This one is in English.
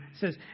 says